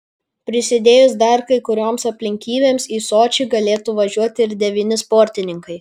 prisidėjus dar kai kurioms aplinkybėms į sočį galėtų važiuoti ir devyni sportininkai